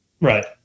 Right